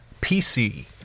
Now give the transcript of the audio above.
PC